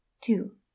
Two